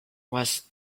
was